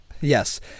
Yes